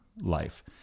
life